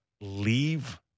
leave